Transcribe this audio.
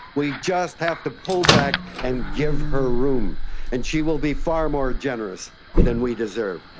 we just have to pull back and give her room and she will be far more generous than we deserve.